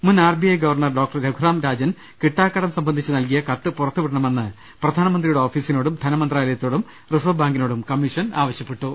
മുൻ R B I governor doctor Raghuram Rajan കിട്ടാക്കടം സംബന്ധിച്ച് നൽകിയ കത്ത് പുറത്തുവിടണമെന്ന് പ്രധാനമന്ത്രിയുടെ ഓഫീസിനോടും ധനമന്ത്രാലയത്തോടും റിസർവ്വ് ബാങ്കിനോടും കമ്മീഷൻ ആവശ്യപ്പെട്ടു